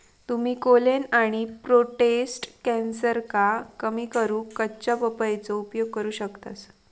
तुम्ही कोलेन आणि प्रोटेस्ट कॅन्सरका कमी करूक कच्च्या पपयेचो उपयोग करू शकतास